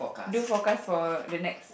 do forecast for the next